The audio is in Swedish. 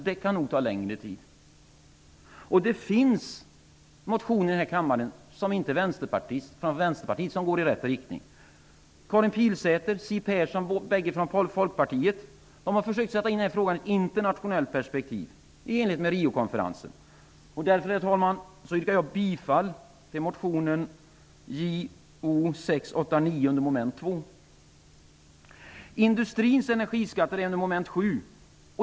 Det har i denna kammare väckts motioner även från andra partier än Vänsterpartiet, vilka går i rätt riktning. Karin Pilsäter och Siw Persson, båda från Folkpartiet, har försökt sätta in denna fråga i ett internationellt perspektiv i enlighet med Riokonferensen. Därför yrkar jag under mom. 2 Mom. 7 gäller industrins energiskatter.